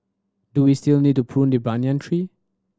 do we still need to prune the banyan tree